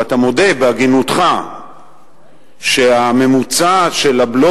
ואתה מודה בהגינותך שהממוצע של הבלו